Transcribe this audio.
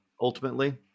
ultimately